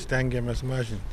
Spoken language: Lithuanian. stengiamės mažint